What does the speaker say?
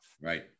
Right